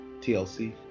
TLC